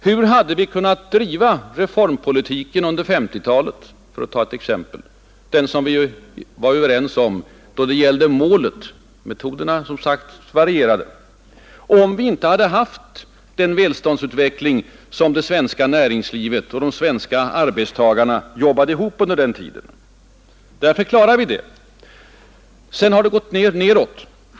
Hur hade vi kunnat driva reformpolitiken under 1950-talet, för att ta ett exempel — den som vi ju var överens om då det gällde målet, medan uppfattningarna om metoderna ibland som sagt varierat — om vi inte hade haft den välståndsutveckling som det svenska näringslivet och de svenska arbetstagarna jobbade ihop under den tiden? Vi klarade det, men sedan har det gått nedåt.